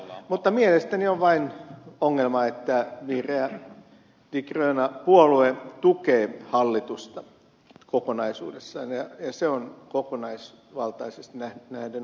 mutta mielestäni on vain ongelma että vihreätde gröna puolue tukee hallitusta kokonaisuudessaan ja se on kokonaisvaltaisesti nähden ongelma